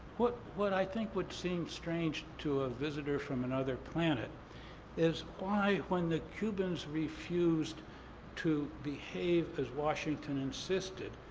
what what i think would seem strange to a visitor from another planet is why when the cubans refuse to behave as washington insisted,